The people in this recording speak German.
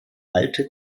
alte